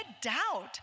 doubt